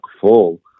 full